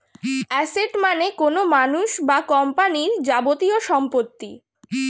asset মানে কোনো মানুষ বা কোম্পানির যাবতীয় সম্পত্তি